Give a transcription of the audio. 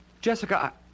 Jessica